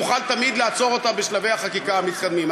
תוכל תמיד לעצור אותה בשלבי החקיקה המתקדמים,